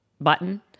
button